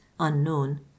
unknown